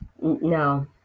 No